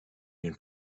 been